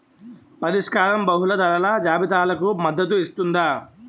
పరిష్కారం బహుళ ధరల జాబితాలకు మద్దతు ఇస్తుందా?